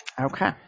Okay